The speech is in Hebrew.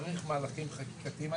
צריך מהלכים חקיקתיים.